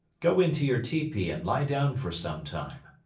go into your tepee and lie down for some time.